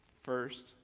First